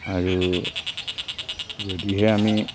আৰু যদিহে আমি